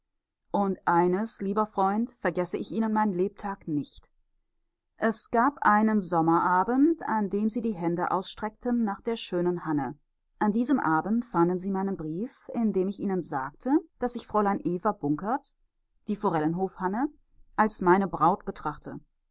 und eines lieber freund vergesse ich ihnen mein lebtag nicht es gab einen sommerabend an dem sie die hände ausstreckten nach der schönen hanne an diesem abend fanden sie meinen brief in dem ich ihnen sagte daß ich fräulein eva bunkert die forellenhof hanne als meine braut betrachte